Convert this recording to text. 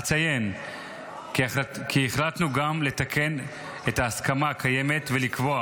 אציין כי החלטנו גם לתקן את ההסכמה הקיימת ולקבוע